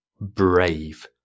brave